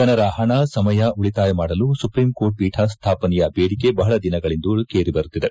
ಜನರ ಪಣ ಸಮಯ ಉಳಿತಾಯ ಮಾಡಲು ಸುಪ್ರೀಂ ಕೋರ್ಟ್ ಪೀಠ ಸ್ಥಾಪನೆಯ ಬೇಡಿಕೆ ಬಪಳ ದಿನಗಳಿಂದಲೂ ಕೇಳಿ ಬರುತ್ತಿದೆ